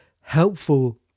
helpful